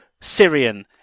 Syrian